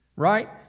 Right